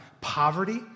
poverty